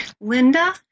Linda